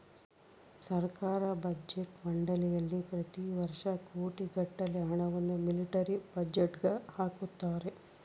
ಸರ್ಕಾರ ಬಜೆಟ್ ಮಂಡಳಿಯಲ್ಲಿ ಪ್ರತಿ ವರ್ಷ ಕೋಟಿಗಟ್ಟಲೆ ಹಣವನ್ನು ಮಿಲಿಟರಿ ಬಜೆಟ್ಗೆ ಹಾಕುತ್ತಾರೆ